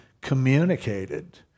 communicated